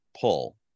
pull